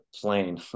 plane